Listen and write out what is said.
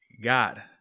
God